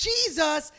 Jesus